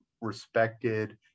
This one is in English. respected